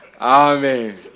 Amen